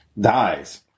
dies